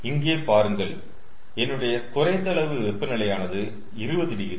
இங்கே பாருங்கள் என்னுடைய குறைந்த அளவு வெப்பநிலையானது 20 டிகிரி